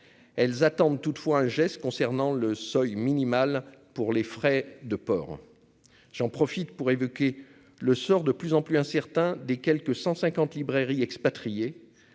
elles attendent toutefois un geste concernant le seuil minimal pour les frais de port, j'en profite pour évoquer le sort de plus en plus incertain des quelque 150 librairies expatriés